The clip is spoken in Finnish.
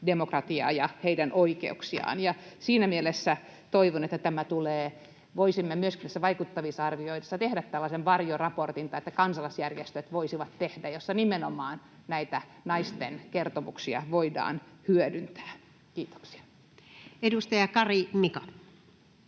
demokratiaa ja heidän oikeuksiaan, ja siinä mielessä toivon, että tämä tulee. Voisimme myöskin näissä vaikuttavuusarvioinneissa tehdä varjoraportin — tai kansalaisjärjestöt voisivat tehdä — jossa nimenomaan näitä naisten kertomuksia voidaan hyödyntää. — Kiitoksia. [Speech 21]